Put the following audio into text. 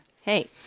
hey